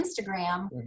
Instagram